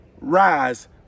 rise